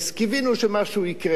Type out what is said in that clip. קיווינו שמשהו יקרה.